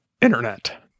Internet